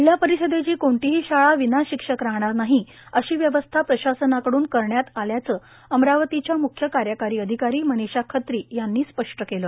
जिल्हा परिषदेची कोणतीही शाळा विना शिक्षक राहणार नाही अशी व्यवस्था प्रशासनाकडून करण्यात आल्याचे अमरावतीच्या म्ख्य कार्यकारी अधिकारी मनीषा खत्री यांनी स्पष्ट केलं